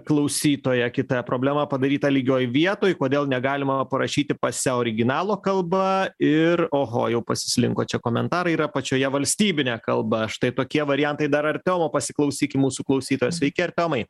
klausytoja kita problema padaryta lygioj vietoj kodėl negalima parašyti pase originalo kalba ir oho jau pasislinko čia komentarai ir apačioje valstybine kalba štai tokie variantai dar artiomo pasiklausykim mūsų klausytojo sveiki artiomai